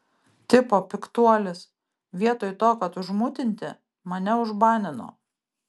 tipo piktuolis vietoj to kad užmutinti mane užbanino